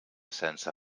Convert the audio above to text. sense